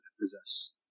possess